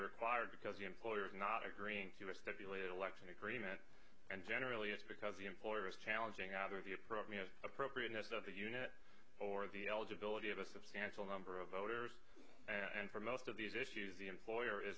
required because the employer is not agreeing to a stipulated election agreement and generally it's because the employer is challenging either the appropriate appropriateness of the unit or the eligibility of a substantial number of voters and for most of these issues the employer is